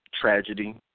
tragedy